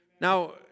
Now